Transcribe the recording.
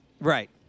Right